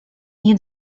nie